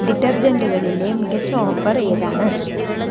ഡിറ്റർജെൻ്റുകളിലെ മികച്ച ഓഫർ ഏതാണ്